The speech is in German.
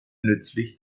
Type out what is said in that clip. nützlich